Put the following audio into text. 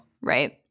right